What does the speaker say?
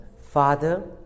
Father